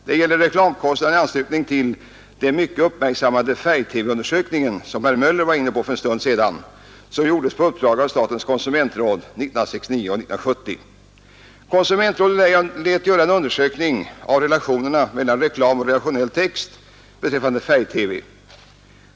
Det gäller reklamkostnaderna i anslutning till de mycket uppmärksammade färg-TV-undersökningarna — herr Möller var inne på detta för en stund sedan — som gjordes på uppdrag av statens konsumentråd 1969 och 1970. Konsumentrådet lät göra en undersökning av relationerna mellan reklam och redaktionell text beträffande färg-TV.